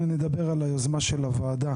אנחנו נדבר על היוזמה של הוועדה